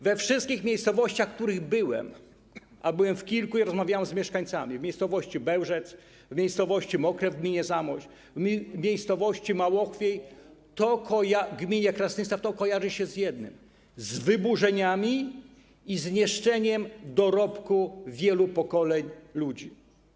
We wszystkich miejscowościach, w których byłem, a byłem w kilku i rozmawiałem z mieszkańcami - w miejscowości Bełżec, w miejscowości Mokre w gminie Zamość, w miejscowości Małochwiej w gminie Krasnystaw - kojarzy się to z jednym: z wyburzeniami i z niszczeniem dorobku wielu pokoleń ludzi.